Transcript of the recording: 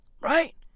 right